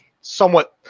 somewhat